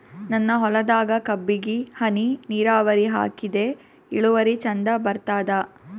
ನನ್ನ ಹೊಲದಾಗ ಕಬ್ಬಿಗಿ ಹನಿ ನಿರಾವರಿಹಾಕಿದೆ ಇಳುವರಿ ಚಂದ ಬರತ್ತಾದ?